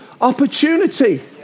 opportunity